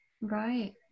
Right